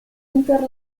inter